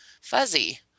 fuzzy